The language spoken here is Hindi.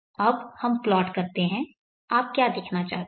अब हम प्लॉट करते हैं आप क्या देखना चाहते हैं